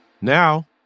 now